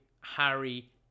Harry